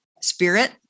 spirit